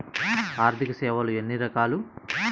ఆర్థిక సేవలు ఎన్ని రకాలు?